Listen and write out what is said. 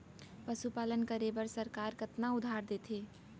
पशुपालन करे बर सरकार कतना उधार देथे?